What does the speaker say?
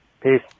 Peace